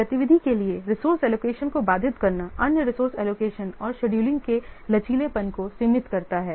एक गतिविधि के लिए रिसोर्से एलोकेशन को बाधित करना अन्य रिसोर्स एलोकेशन और शेड्यूलिंग के लचीलेपन को सीमित करता है